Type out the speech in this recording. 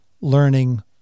learning